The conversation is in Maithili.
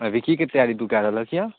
अभी की के तैयारी तू कै रहलहक अइ